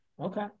Okay